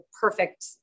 perfect